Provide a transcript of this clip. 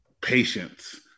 patience